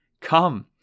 Come